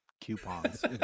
coupons